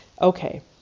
okay